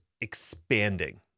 expanding